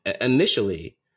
Initially